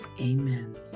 Amen